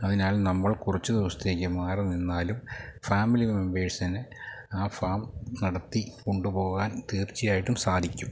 അതിനാൽ നമ്മൾ കുറച്ചു ദിവസത്തേക്കു മാറി നിന്നാലും ഫാമിലി മെമ്പേഴ്സിന് ആ ഫാം നടത്തി കൊണ്ടുപോകാൻ തീർച്ചയായിട്ടും സാധിക്കും